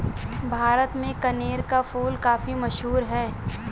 भारत में कनेर का फूल काफी मशहूर है